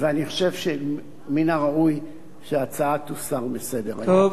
ואני חושב שמן הראוי שההצעה תוסר מסדר-היום.